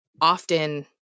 often